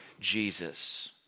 Jesus